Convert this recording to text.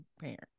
parent